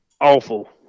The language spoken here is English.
awful